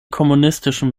kommunistischen